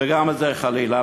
וגם את זה חלילה.